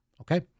Okay